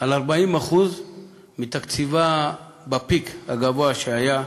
על 40% מתקציבה ב"פיק" הגבוה שהיה,